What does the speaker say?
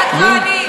כוהנים.